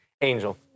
angel